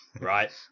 Right